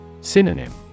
Synonym